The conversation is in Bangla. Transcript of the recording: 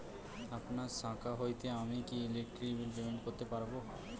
আপনার শাখা হইতে আমি কি ইলেকট্রিক বিল পেমেন্ট করতে পারব?